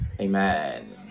amen